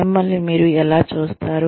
మిమ్మల్ని మీరు ఎలా చూస్తారు